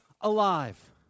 alive